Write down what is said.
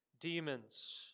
demons